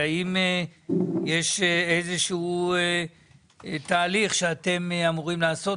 האם יש איזה שהוא תהליך שאתם אמורים לעשות